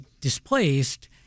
displaced